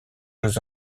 jeux